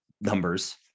numbers